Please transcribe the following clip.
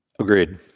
Agreed